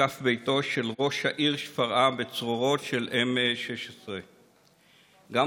הותקף ביתו של ראש העיר שפרעם בצרורות של M16. גם